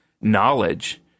knowledge